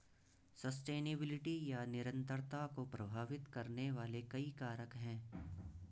sustainability या निरंतरता को प्रभावित करने वाले कई कारक हैं